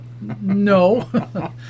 no